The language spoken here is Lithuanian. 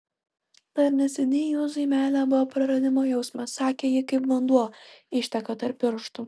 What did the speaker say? dar neseniai juozui meilė buvo praradimo jausmas sakė ji kaip vanduo išteka tarp pirštų